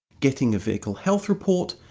getting a vehicle health report,